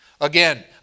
Again